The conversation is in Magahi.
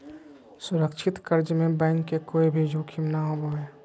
सुरक्षित कर्ज में बैंक के कोय भी जोखिम नय होबो हय